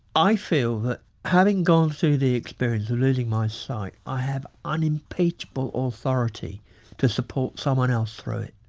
i feel that having gone through the experience of losing my sight, i have unimpeachable authority to support someone else through it.